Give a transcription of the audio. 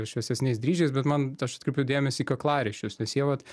šviesesniais dryžiais bet man aš atkreipiu dėmesį į kaklaraiščius nes jie vat